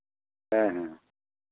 हाँ हाँ